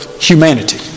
humanity